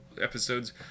episodes